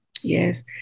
yes